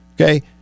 Okay